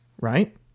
right